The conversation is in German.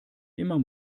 immer